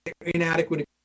inadequate